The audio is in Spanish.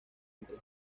entre